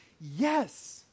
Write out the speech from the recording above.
Yes